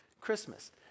Christmas